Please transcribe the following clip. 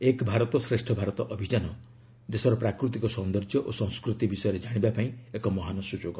ଏକ୍ ଭାରତ ଶ୍ରେଷ୍ଠ ଭାରତ ଅଭିଯାନ ଦେଶର ପ୍ରାକୃତିକ ସୌନ୍ଦର୍ଯ୍ୟ ଓ ସଂସ୍କୃତି ବିଷୟରେ ଜାଣିବା ପାଇଁ ଏକ ମହାନ୍ ସୁଯୋଗ